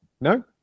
No